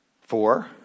four